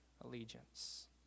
allegiance